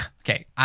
okay